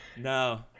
No